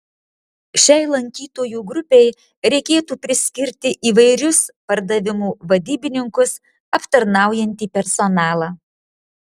šiai lankytojų grupei reikėtų priskirti įvairius pardavimų vadybininkus aptarnaujantį personalą